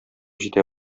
җитә